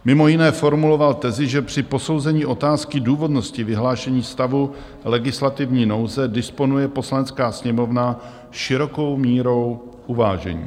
Mimo jiné formuloval tezi, že při posouzení otázky důvodnosti vyhlášení stavu legislativní nouze disponuje Poslanecká sněmovna širokou mírou uvážení.